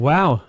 Wow